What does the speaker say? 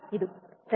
ಇದು ಸರಿ